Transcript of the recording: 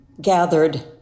gathered